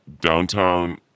downtown